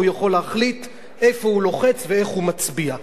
והוא יכול להחליט איפה הוא לוחץ ואיך הוא מצביע.